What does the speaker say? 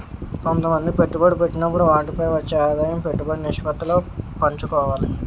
కొంతమంది పెట్టుబడి పెట్టినప్పుడు వాటిపై వచ్చే ఆదాయం పెట్టుబడి నిష్పత్తిలో పంచుకోవాలి